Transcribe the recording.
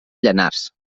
llanars